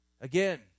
Again